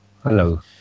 Hello